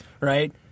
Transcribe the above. right